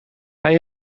hij